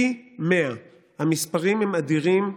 פי 100. המספרים הם אדירים.